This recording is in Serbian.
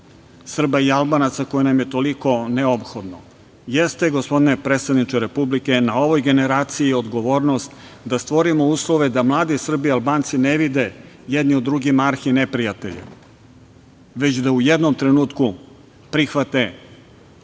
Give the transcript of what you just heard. Srba i Albanaca, koje nam je toliko neophodno. Jeste, gospodine predsedniče Republike, na ovoj generaciji odgovornost da stvorimo uslove da mladi Srbi i Albanci ne vide jedni u drugima arhi neprijatelje, već da u jednom trenutku prihvate